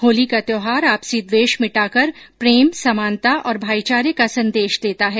होली का त्योहार आपसी द्वेष मिटाकर प्रेम समानता और भाईचारे का संदेश देता है